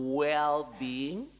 well-being